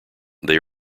they